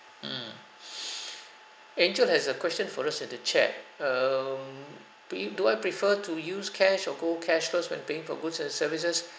mm angel has a question for us in the chat um do you do I prefer to use cash or go chashless when paying for goods and services